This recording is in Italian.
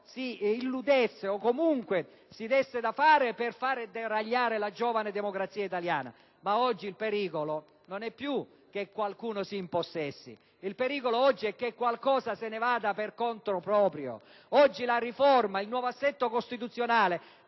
si illudesse o comunque si desse da fare per far deragliare la giovane democrazia italiana. Ma oggi il pericolo non è più che qualcuno si impossessi di qualcosa: il pericolo è che qualcosa se ne vada per conto proprio. Oggi il nuovo assetto costituzionale